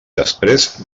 després